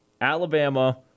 Alabama